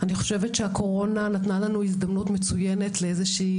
אני חושבת שהקורונה נתנה לנו הזדמנות מצוינת לאיזשהם